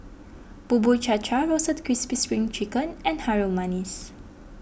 Bubur Cha Cha Roasted Crispy Spring Chicken and Harum Manis